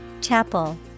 Chapel